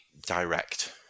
direct